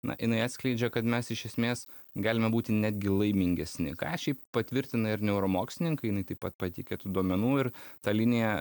na jinai atskleidžia kad mes iš esmės galime būti netgi laimingesni ką šiaip patvirtina ir neuromokslininkai jinai taip pat pateikia duomenų ir ta linija